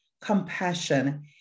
compassion